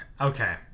Okay